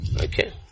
Okay